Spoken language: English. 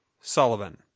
Sullivan